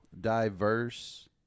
diverse